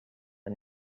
and